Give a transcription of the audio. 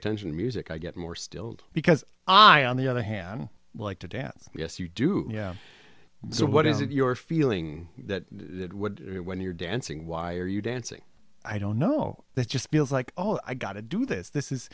attention to music i get more stilled because i on the other hand like to dance yes you do yeah so what is it your feeling that when you're dancing why are you dancing i don't know that just feels like all i got to do this this is